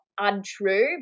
untrue